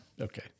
okay